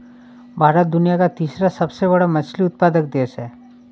भारत दुनिया का तीसरा सबसे बड़ा मछली उत्पादक देश है